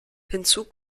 hinzu